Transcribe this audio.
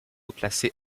classé